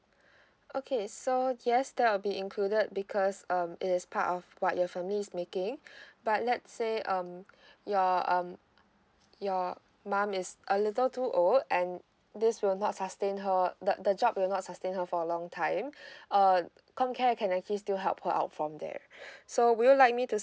okay so yes that will be included because um it is part of what your family is making but let's say um your um your mom is a little too old and this will not sustain her the the job will not sustain her for a long time uh comcare can actually still help her out from there so would you like me to